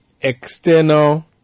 external